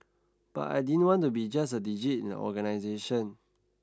but I didn't want to be just a digit in an organisation